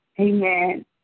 amen